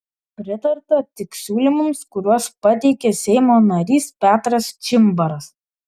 pritarta tik siūlymams kuriuos pateikė seimo narys petras čimbaras